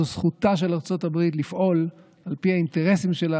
זו זכותה של ארצות הברית לפעול על פי האינטרסים שלה,